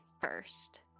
first